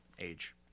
age